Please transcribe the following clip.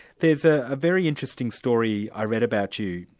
there's a very interesting story i read about you.